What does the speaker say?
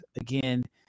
again